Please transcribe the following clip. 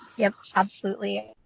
yep, absolutely.